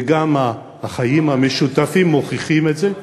וגם החיים המשותפים מוכיחים את זה.